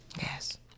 yes